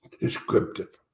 descriptive